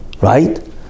right